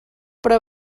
però